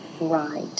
Right